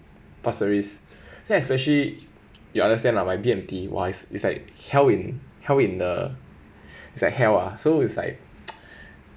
pasir ris then especially you understand lah my B_M_T wise it's like hell in hell in a it's like hell ah so it's like